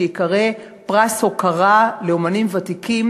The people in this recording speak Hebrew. שייקרא "פרס הוקרה לאמנים ותיקים,